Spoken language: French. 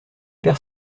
père